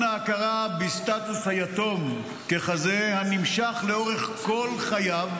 ההכרה בסטטוס היתום ככזה הנמשך לאורך כל חייו,